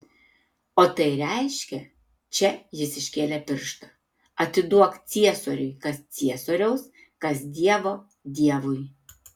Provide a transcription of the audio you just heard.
o tai reiškia čia jis iškėlė pirštą atiduok ciesoriui kas ciesoriaus kas dievo dievui